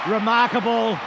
Remarkable